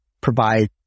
provide